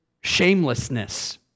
shamelessness